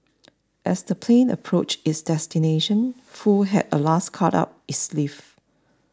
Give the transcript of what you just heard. as the plane approached its destination Foo had a last card up his sleeve